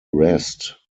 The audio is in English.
rest